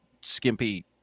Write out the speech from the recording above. skimpy